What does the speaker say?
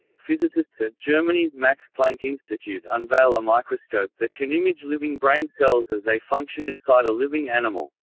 physicists at germany's max planck institute unveil a microscope that can image living brain cells as they function inside a living animal.